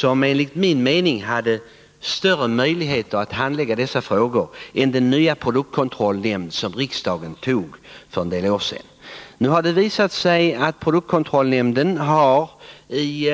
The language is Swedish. Den hade enligt min mening större möjligheter att handlägga dessa frågor än den nya produktkontrollnämnden, som riksdagen inrättade för en del år sedan. Det har också visat sig att produktkontrollnämnden i